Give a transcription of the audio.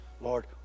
Lord